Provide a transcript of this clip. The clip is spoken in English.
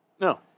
No